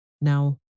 Now